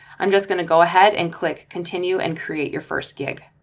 i'm just going to go ahead and click continue and create your first gig.